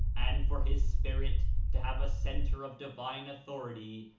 and for his spirit to have a center of divine authority,